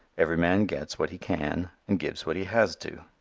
every man gets what he can and gives what he has to.